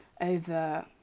over